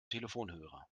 telefonhörer